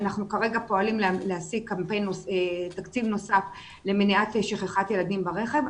אנחנו כרגע פועלים להשיג תקציב נוסף למניעת שכחת ילדים ברכב.